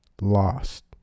lost